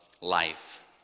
life